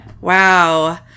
Wow